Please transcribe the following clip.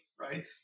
right